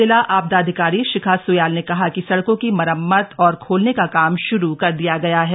जिला आपदा अधिकारी शिखा सुयाल ने कहा कि सड़कों की मरम्मत और खोलने का काम शुरू कर दिया गया है